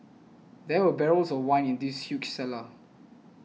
there were barrels of wine in this huge cellar